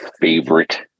favorite